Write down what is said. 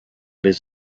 les